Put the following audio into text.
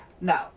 no